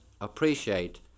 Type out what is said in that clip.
appreciate